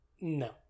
No